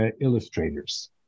illustrators